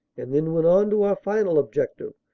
and then went on to our final objective,